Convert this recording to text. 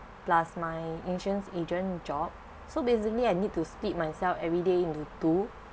plus my insurance agent job so basically I need to split myself everyday into two